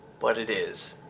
but it is.